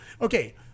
Okay